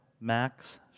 Max